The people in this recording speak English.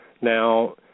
Now